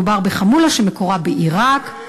מדובר בחמולה שמקורה בעיראק.